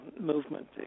movement